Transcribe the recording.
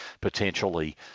potentially